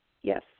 yes